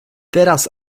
teraz